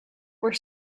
were